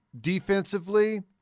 Defensively